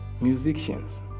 Musicians